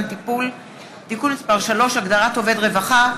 טיפול (תיקון מס' 3) (הגדרת עובד רווחה),